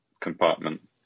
compartment